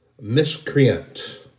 Miscreant